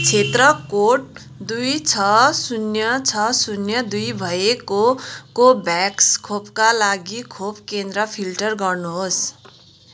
क्षेत्र कोड दुई छ शून्य छ दुई भएको कोभ्याक्स खोपका लागि खोप केन्द्र फिल्टर गर्नुहोस्